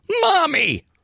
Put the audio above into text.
Mommy